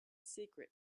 secret